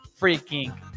freaking